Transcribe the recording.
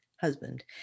husband